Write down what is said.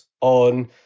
on